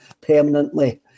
permanently